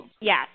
Yes